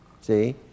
See